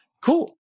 cool